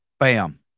Bam